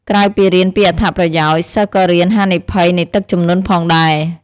ក្រៅពីរៀនពីអត្ថប្រយោជន៍ សិស្សក៏រៀនហានិភ័យនៃទឹកជំនន់ផងដែរ។